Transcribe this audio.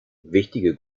wichtige